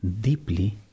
deeply